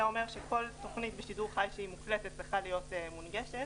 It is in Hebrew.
אומר שכל תכנית בשידור חי שמוקלטת צריכה להיות מונגשת,